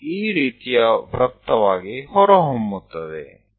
તે આ પ્રકારના વર્તુળમાં પરિણમશે